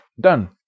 Done